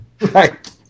Right